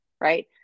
right